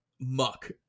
muck